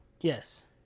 Yes